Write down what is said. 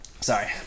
Sorry